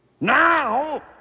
now